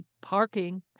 parking